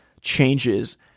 changes